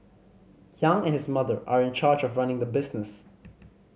Yang and his mother are in charge of running the business